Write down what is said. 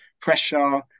pressure